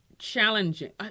challenging